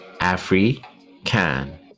Afri-can